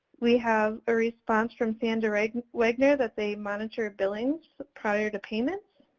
we have a response from sandra wagner that they monitor billings prior to payments,